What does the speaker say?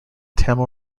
tamil